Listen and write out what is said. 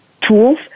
tools